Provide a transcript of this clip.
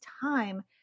time